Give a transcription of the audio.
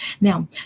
Now